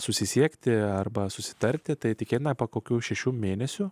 susisiekti arba susitarti tai tikėtina po kokių šešių mėnesių